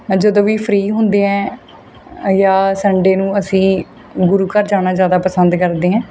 ਅਰ ਜਦੋਂ ਵੀ ਫਰੀ ਹੁੰਦੇ ਹੈ ਅ ਜਾਂ ਸੰਡੇ ਨੂੰ ਅਸੀਂ ਗੁਰੂ ਘਰ ਜਾਣਾ ਜ਼ਿਆਦਾ ਪਸੰਦ ਕਰਦੇ ਹੈ